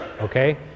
Okay